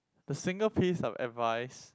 the single piece of advice